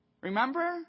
remember